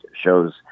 shows